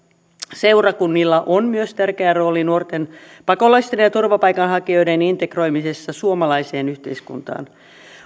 seurakunnilla on myös tärkeä rooli nuorten pakolaisten ja ja turvapaikanhakijoiden integroimisessa suomalaiseen yhteiskuntaan